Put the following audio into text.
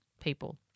people